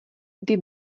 kdy